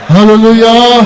Hallelujah